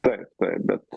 taip taip bet